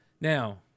Now